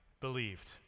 believed